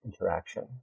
interaction